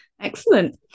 excellent